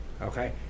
okay